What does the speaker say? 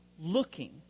looking